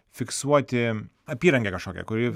fiksuoti apyrankę kažkokią kuri